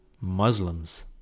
Muslims